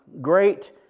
great